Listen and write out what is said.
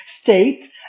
state